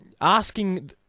asking